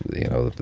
you know,